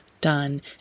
done